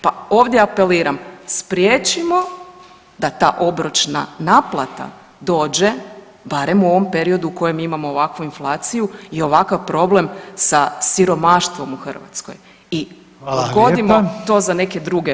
Pa ovdje apeliram, spriječimo da ta obročna naplata dođe barem u ovom periodu u kojem imamo ovakvu inflaciju i ovakav problem sa siromaštvom u Hrvatskoj i odgodimo to za neke druge periode.